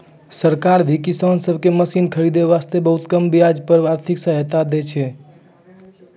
सरकार भी किसान सब कॅ मशीन खरीदै वास्तॅ बहुत कम ब्याज पर आर्थिक सहायता दै छै